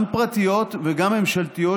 גם פרטיות וגם ממשלתיות,